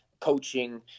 coaching